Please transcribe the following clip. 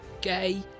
Gay